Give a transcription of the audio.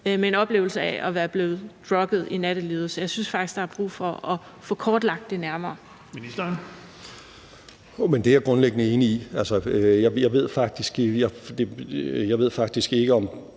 med en oplevelse af at være blevet drugget i nattelivet, så jeg synes faktisk, der er brug for at få kortlagt det nærmere. Kl. 12:35 Den fg. formand (Erling Bonnesen): Ministeren.